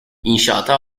i̇nşaata